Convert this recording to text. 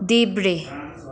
देब्रे